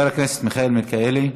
חבר הכנסת מיכאל מלכיאלי.